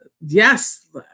yes